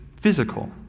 physical